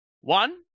One